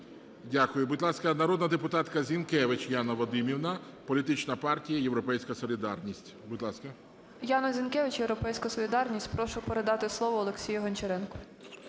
Дякую. Будь ласка, народна депутатка Зінкевич Яна Вадимівна, політична партія "Європейська солідарність". Будь ласка. 14:31:50 ЗІНКЕВИЧ Я.В. Яна Зінкевич, "Європейська солідарність". Прошу передати слово Олексію Гончаренку.